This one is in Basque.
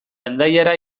hendaiara